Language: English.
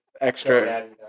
extra